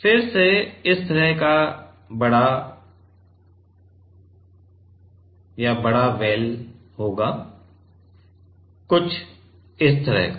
फिर से इस तरह का बड़ा या बड़ा वेल होगा कुछ इस तरह का